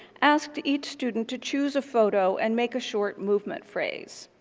asked each student to choose a photo and make a short movement phrase.